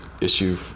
issue